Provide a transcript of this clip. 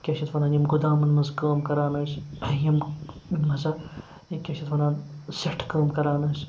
کیٛاہ چھِ یَتھ وَنان یِم گُدامَن مَنٛز کٲم کَران ٲسۍ یِم یِم ہَسا یہِ کیٛاہ چھِ اَتھ وَنان سٮ۪ٹھٕ کٲم کَران ٲسۍ